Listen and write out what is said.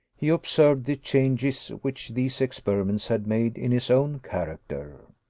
he observed the changes which these experiments had made in his own character.